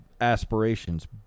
aspirations